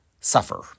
suffer